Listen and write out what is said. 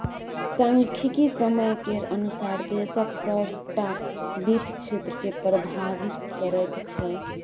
सांख्यिकी समय केर अनुसार देशक सभटा वित्त क्षेत्रकेँ प्रभावित करैत छै